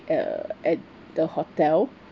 uh at the hotel